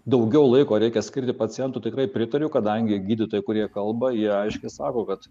daugiau laiko reikia skirti pacientui tikrai pritariu kadangi gydytojai kurie kalba jie aiškiai sako kad